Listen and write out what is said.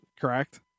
correct